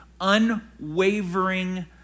unwavering